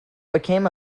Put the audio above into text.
became